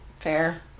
Fair